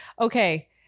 okay